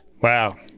wow